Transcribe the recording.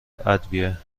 ادویه